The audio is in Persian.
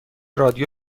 رادیو